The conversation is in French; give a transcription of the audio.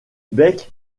bec